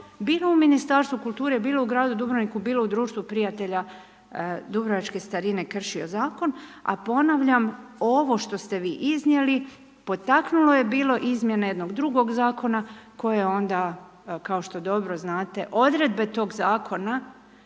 bilo u Ministarstvu kulture, bilo u gradu Dubrovniku, bilo u društvu prijatelja, dubrovačke starine krše zakona, a ponavljam, ovo što ste vi iznijeli, potaknulo je bilo izmjene jednog drugog zakona, koje onda, kao što dobro znate, odredbe tog zakona